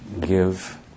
give